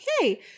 Okay